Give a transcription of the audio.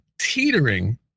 teetering